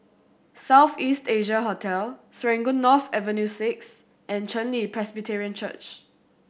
South East Asia Hotel Serangoon North Avenue Six and Chen Li Presbyterian Church